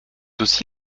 aussi